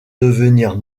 devenir